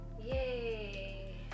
yay